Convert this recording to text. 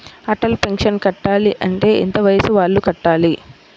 Atal pension కట్టాలి అంటే ఎంత వయసు వాళ్ళు కట్టాలి?